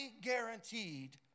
guaranteed